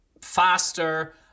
faster